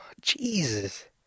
Jesus